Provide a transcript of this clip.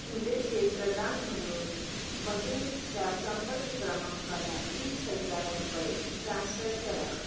जुलैचे प्रदान म्हणून बहीणच्या संपर्क क्रमांकाला तीस हजार रुपये ट्रान्सफर करा